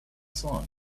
songs